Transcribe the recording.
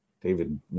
David